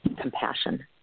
compassion